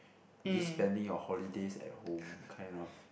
you just spending your holidays at home kind of